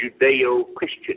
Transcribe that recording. Judeo-Christian